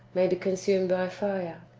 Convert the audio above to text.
may be consumed by fire?